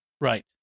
Right